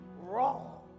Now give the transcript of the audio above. wrong